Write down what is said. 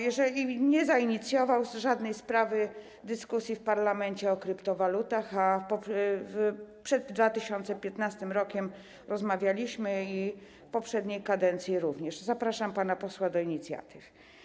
Jeżeli nie zainicjował żadnej sprawy w dyskusji w parlamencie o kryptowalutach, a przed 2015 r. rozmawialiśmy i w poprzedniej kadencji również, to zapraszam pana posła do inicjatyw.